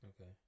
okay